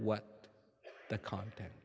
what the content